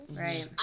Right